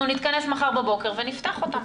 אנחנו נתכנס מחר בבוקר ונפתח אותן.